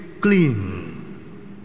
clean